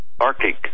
Arctic